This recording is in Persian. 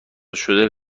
شده